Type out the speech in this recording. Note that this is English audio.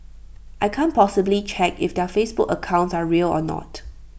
I can't possibly check if their Facebook accounts are real or not